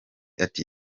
ati